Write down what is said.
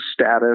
status